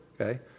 okay